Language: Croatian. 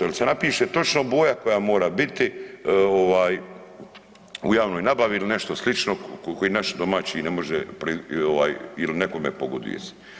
Jel se napiše točno boja koja mora biti ovaj u javnoj nabavi ili nešto slično koji naš domaći ne može ili nekome pogoduje se.